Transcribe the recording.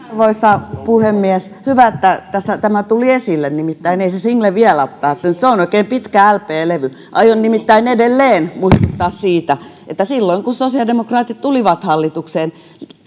arvoisa puhemies hyvä että tämä tuli esille nimittäin ei se single vielä ole päättynyt se on oikein pitkä lp levy aion nimittäin edelleen muistuttaa siitä että silloin kun sosiaalidemokraatit tulivat hallitukseen